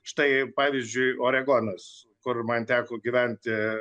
štai pavyzdžiui oregonas kur man teko gyventi